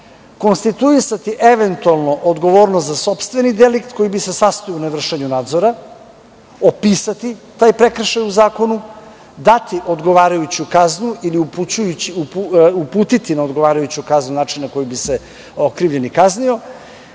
konstituisati eventualno odgovornost za sopstveni delikt, koji bi se sastojao u nevršenju nadzora, opisati taj prekršaj u zakonu, dati odgovarajuću kaznu ili uputiti na odgovarajuću kaznu, način na koji bi se okrivljeni kaznio,